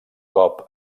cop